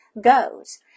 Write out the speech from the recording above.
goes